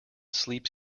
sleeps